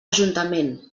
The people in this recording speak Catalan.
ajuntament